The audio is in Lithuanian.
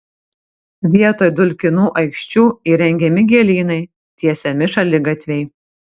vietoj dulkinų aikščių įrengiami gėlynai tiesiami šaligatviai